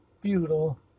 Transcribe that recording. futile